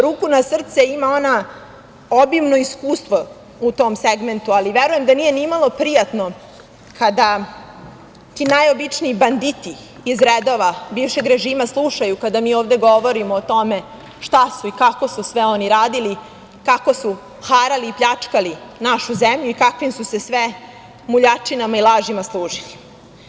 Ruku na srce, ima ona obimno iskustvo u tom segmentu, ali verujem da nije nimalo prijatno kada ti najobičniji banditi iz redova bivšeg režima slušaju kada mi ovde govorimo o tome šta su i kako su sve oni radili, kako su harali i pljačkali našu zemlju i kakvim su se sve muljačinama i lažima služili.